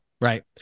Right